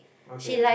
okay